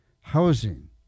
housing